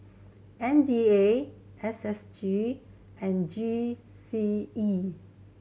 M D A S S G and G C E